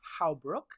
Howbrook